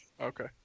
Okay